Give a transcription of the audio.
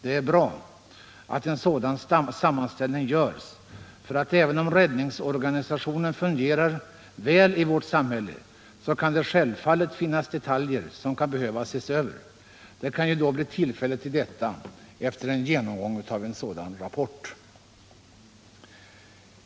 Det är bra att en sådan sammanställning görs, för även om räddningsorganisationen fungerar i vårt samhälle kan det självfallet finnas detaljer som behöver ses över. Det kan ju då bli tillfälle till detta efter genomgången av en sådan rapport.